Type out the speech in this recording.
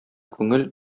күңел